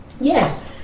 Yes